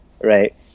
right